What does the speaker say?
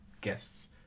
guests